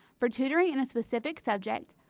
for tutoring in a specific subject,